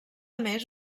mes